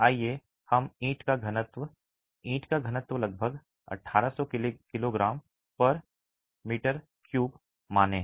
आइए हम ईंट का घनत्व ईंट का घनत्व लगभग 1800 किलोग्राम मी 3 मानें